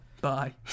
Bye